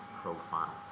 profile